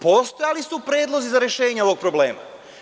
Postojali su predlozi za rešenje ovog problema.